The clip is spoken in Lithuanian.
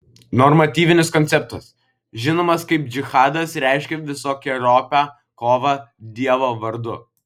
normatyvinis konceptas žinomas kaip džihadas reiškia visokeriopą kovą dievo vardu